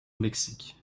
mexique